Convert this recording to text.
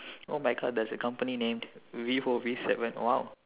oh my god there's a company named V O V seven !wow!